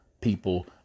people